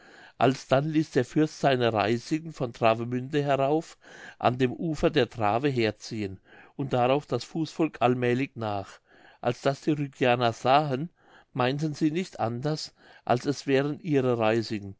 alsdann ließ der fürst seine reisigen von travemünde herauf an dem ufer der trave herziehen und darauf das fußvolk allmälig nach als das die rügianer sahen meinten sie nicht anders als es wären ihre reisigen